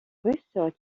russes